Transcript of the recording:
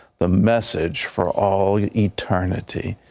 the message for all yeah eternity,